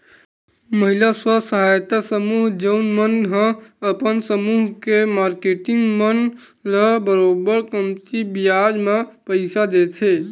महिला स्व सहायता समूह जउन मन ह अपन समूह के मारकेटिंग मन ल बरोबर कमती बियाज म पइसा देथे